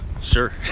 sure